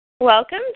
Welcome